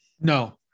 No